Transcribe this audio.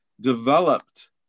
developed